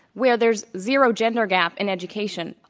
where there is zero gender gap in education,